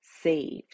saved